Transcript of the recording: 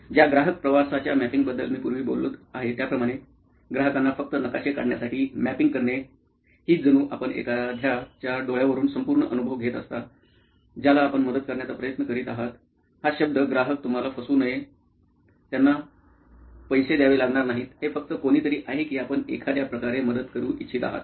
ज्या ग्राहक प्रवासाच्या मॅपिंगबद्दल मी पूर्वी बोलत आहे त्याप्रमाणे ग्राहकांना फक्त नकाशे काढण्यासाठी मॅपिंग करणे हीच जणू आपण एखाद्याच्या डोळ्यावरून संपूर्ण अनुभव घेत असता ज्याला आपण मदत करण्याचा प्रयत्न करीत आहात हा शब्द ग्राहक तुम्हाला फसवू नये त्यांना तुला पैसे द्यावे लागणार नाहीत हे फक्त कोणीतरी आहे की आपण एखाद्या प्रकारे मदत करू इच्छित आहात